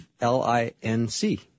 L-I-N-C